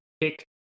pick